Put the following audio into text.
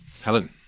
Helen